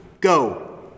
Go